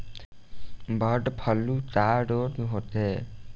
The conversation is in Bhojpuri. बडॅ फ्लू का रोग होखे?